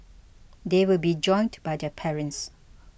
they will be joined by their parents